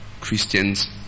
christians